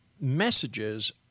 messages